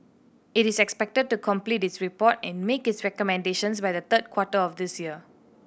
it is expected to complete its report and make its recommendations by the third quarter of this year